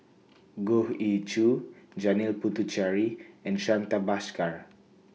Goh Ee Choo Janil Puthucheary and Santha Bhaskar